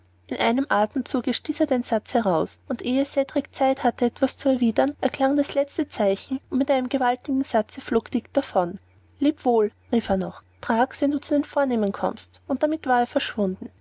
in einem atemzuge stieß er den satz heraus und ehe cedrik zeit hatte etwas zu erwidern erklang das letzte zeichen und mit einem gewaltigen satze flog dick davon leb wohl rief er noch trag's wenn du zu den vornehmen kommst und damit war er verschwunden